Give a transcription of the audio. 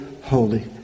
holy